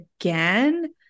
again